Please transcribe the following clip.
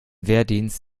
wehrdienst